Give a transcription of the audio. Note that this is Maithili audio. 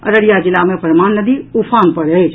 अररिया जिला मे परमान नदी उफान पर अछि